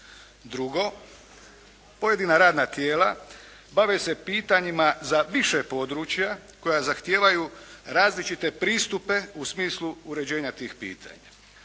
Drugo, pojedina radna tijela bave se pitanjima za više područja koja zahtijevaju različite pristupe u smislu uređenja tih pitanja.